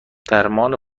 درمان